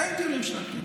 אין טיולים שנתיים.